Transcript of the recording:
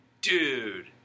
dude